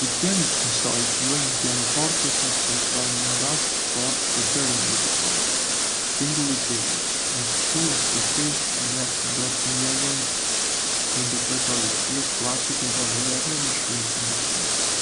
Më pëlqen të mësoj të luaj në pianofortë sepse ofron një bazë të fortë për teorinë muzikore. Tingulli i tij është shumë ekspresiv dhe do të më lejonte të interpretoja pjesë klasike dhe moderne me shumë emocion.